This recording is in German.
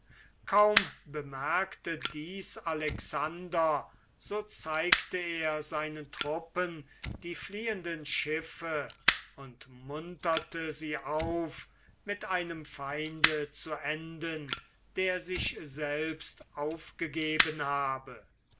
kaum bemerkte dies alexander so zeigte er seinen truppen die fliehenden schiffe und munterte sie auf mit einem feinde zu enden der sich selbst aufgegeben habe